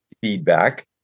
feedback